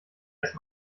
erst